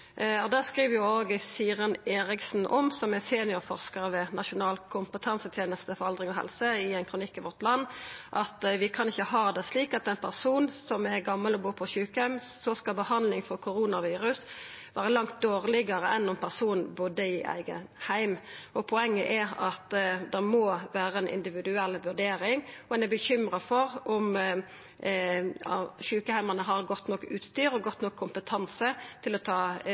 skriv òg Siren Eriksen om, seniorforskar ved Nasjonal kompetansetjeneste for aldring og helse, i ein kronikk i Vårt Land, at vi kan ikkje ha det slik at for ein person som er gamal og bur på sjukeheim, skal behandling for kornavirus vera langt dårlegare enn om personen budde i eigen heim. Poenget er at det må vera ei individuell vurdering. Eg er bekymra for om sjukeheimane har godt nok utstyr og god nok kompetanse til å ta